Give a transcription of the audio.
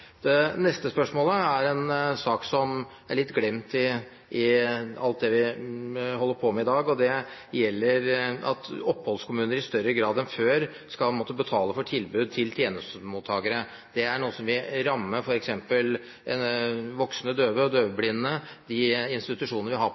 Det neste spørsmålet gjelder en sak som er litt glemt i alt det vi holder på med i dag, at oppholdskommuner i større grad enn før skal måtte betale for tilbud til tjenestemottakere. Det er noe som vil ramme f.eks. voksne døve og døvblinde, og de institusjonene vi har